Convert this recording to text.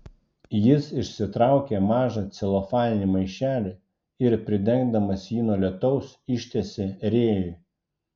jis išsitraukė mažą celofaninį maišelį ir pridengdamas jį nuo lietaus ištiesė rėjui